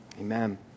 Amen